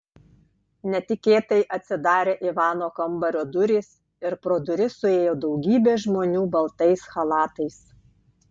netikėtai atsidarė ivano kambario durys ir pro duris suėjo daugybė žmonių baltais chalatais